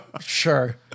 sure